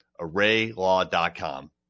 arraylaw.com